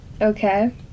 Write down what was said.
Okay